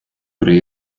при